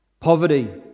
Poverty